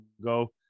go